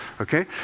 okay